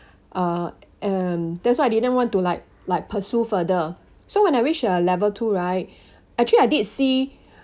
uh um that's why I didn't want to like like pursue further so when I reach uh level two right actually I did see